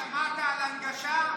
שמעת על הנגשה?